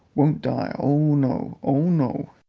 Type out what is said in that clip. won't die, oh no! oh no!